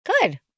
good